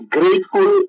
grateful